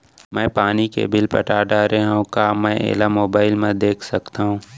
मैं पानी के बिल पटा डारे हव का मैं एला मोबाइल म देख सकथव?